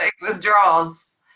Withdrawals